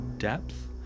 depth